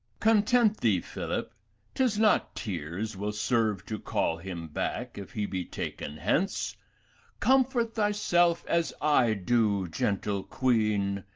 content thee, phillip tis not tears will serve to call him back, if he be taken hence comfort thy self, as i do, gentle queen,